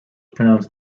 pronounced